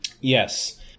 Yes